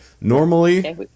Normally